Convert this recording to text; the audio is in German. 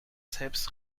selbst